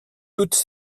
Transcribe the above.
toutes